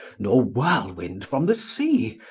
nor whirlwind from the sea,